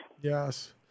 Yes